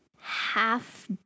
half